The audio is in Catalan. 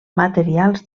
materials